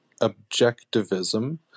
objectivism